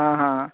आं हां हां